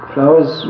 Flowers